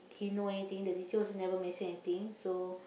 he know anything the teacher also never mention anything so